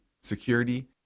security